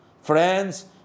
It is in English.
Friends